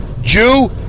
Jew